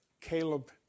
Caleb